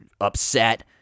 upset